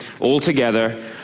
altogether